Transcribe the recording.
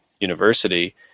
university